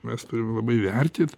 mes turim labai vertyti